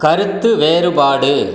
கருத்து வேறுபாடு